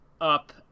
up